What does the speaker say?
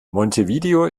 montevideo